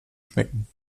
schmecken